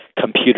computer